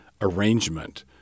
arrangement